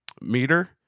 meter